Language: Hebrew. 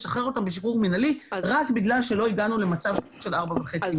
לשחרר אותם בשחרור מינהלי רק בגלל שלא הגענו למצב של 4.5 מ"ר.